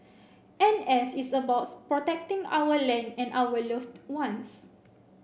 N S is about protecting our land and our loved ones